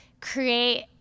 create